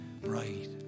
bright